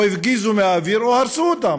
או הפגיזו מהאוויר או הרסו אותם.